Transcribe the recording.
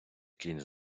кінь